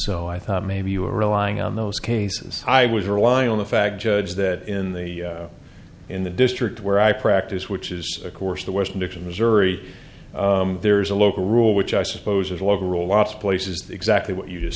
so i thought maybe you were relying on those cases i was relying on the fact judge that in the in the district where i practice which is of course the west nixon missouri there is a local rule which i suppose is a local rule lots of places exactly what you